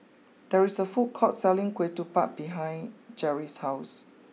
there is a food court selling Ketupat behind Jeri's house